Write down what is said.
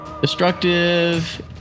Destructive